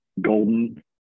golden